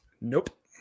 Nope